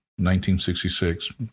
1966